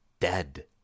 dead